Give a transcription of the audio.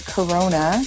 Corona